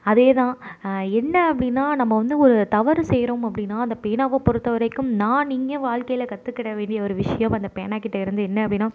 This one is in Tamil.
அதே தான் என்ன அப்படின்னா நம்ப வந்து ஒரு தவறு செய்கிறோம் அப்படின்னா அந்த பேனாவை பொறுத்த வரைக்கும் நான் இங்கே வாழ்க்கையில் கற்றுக்கற வேண்டிய ஒரு விஷயம் அந்த பேனா கிட்ட இருந்து என்ன அப்படினா